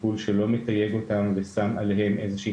טיפול שהוא לא מתייג אותם ושם עליהם איזו שהיא